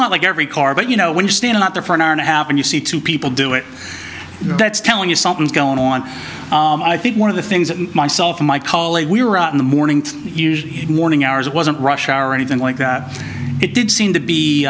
not like every car but you know when you're standing up there for an hour and a half and you see two people do it that's telling you something's going on i think one of the things that myself and my colleague we were out in the morning to morning hours it wasn't rush hour or anything like that it did seem to